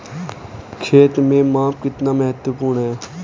खेत में माप कितना महत्वपूर्ण है?